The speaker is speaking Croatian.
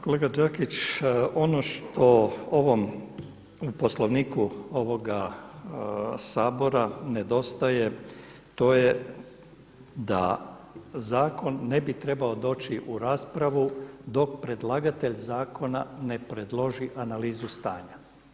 Kolega Đakić ono što u ovom Poslovniku ovoga Sabora nedostaje to je da zakon ne bi trebao doći u raspravu dok predlagatelj zakona ne predloži analizu stanja.